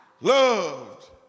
loved